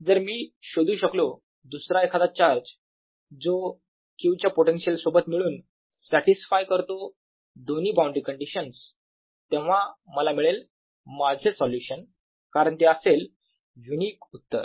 जर मी शोधू शकलो दुसरा एखादा चार्ज जो q च्या पोटेन्शिअल सोबत मिळून सॅटिसफाय करतो दोन्ही बाउंड्री काँडिशन्स तेव्हा मला मिळेल माझे सोल्युशन कारण ते असेल युनिक उत्तर